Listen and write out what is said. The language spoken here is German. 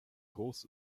groß